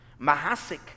mahasik